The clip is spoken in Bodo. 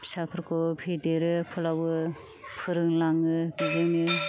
फिसाफोरखौ फेदेरो फोलावो फोरोंलाङो बिजोंनो